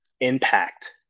impact